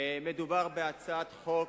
מדובר בהצעת חוק